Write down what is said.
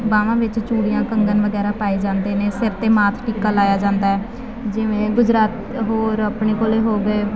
ਬਾਹਾਂ ਵਿੱਚ ਚੂੜੀਆਂ ਕੰਗਣ ਵਗੈਰਾ ਪਾਏ ਜਾਂਦੇ ਨੇ ਸਿਰ 'ਤੇ ਮਾਥ ਟਿੱਕਾ ਲਾਇਆ ਜਾਂਦਾ ਜਿਵੇਂ ਗੁਜਰਾਤ ਹੋਰ ਆਪਣੇ ਕੋਲ ਹੋ ਗਏ